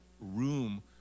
room